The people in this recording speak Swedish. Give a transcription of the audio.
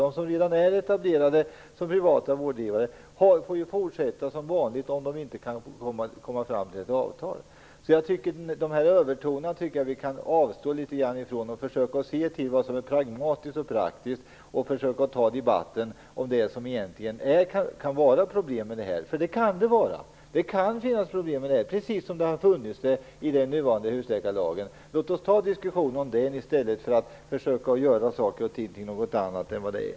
De som redan är etablerade som vårdgivare får fortsätta som vanligt om de inte kan komma fram till ett avtal. Jag tycker därför att vi skall avstå från de här övertonerna, försöka se till vad som är pragmatiskt och praktiskt och försöka föra debatten om det som kan vara problem. Det kan nämligen finnas problem, precis som det har funnits problem med den nuvarande husläkarlagen. Låt oss föra en diskussion om det i stället för att försöka göra saker till någonting annat än vad de är.